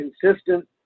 consistent